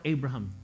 Abraham